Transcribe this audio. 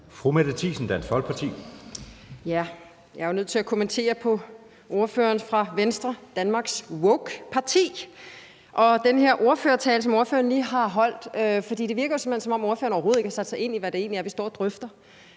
Mette Thiesen (DF): Jeg er jo nødt til at kommentere på det, ordføreren fra Venstre, Danmarks woke parti, siger, og den her ordførertale, som ordføreren lige har holdt, for det virker simpelt hen, som om ordføreren overhovedet ikke har sat sig ind i, hvad det egentlig er, vi står og drøfter.